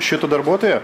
šito darbuotojo